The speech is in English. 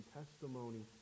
testimony